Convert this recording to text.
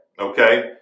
Okay